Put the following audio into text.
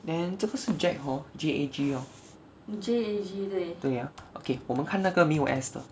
then 这不是 jag hor J A G hor 对 ah okay 我们看到那个没有 S 的